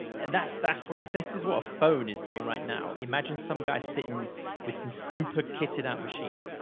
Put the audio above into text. and that's, that's what if this is what a phone is doing right now. imagine some guy sitting with some super kitted out machine,